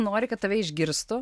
nori kad tave išgirstų